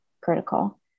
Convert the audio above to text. critical